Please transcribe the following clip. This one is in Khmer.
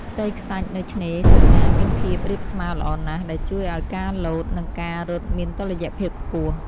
ផ្ទៃខ្សាច់នៅឆ្នេរសុខាមានភាពរាបស្មើល្អណាស់ ដែលជួយឱ្យការលោត និងការរត់មានតុល្យភាពខ្ពស់។